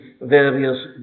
various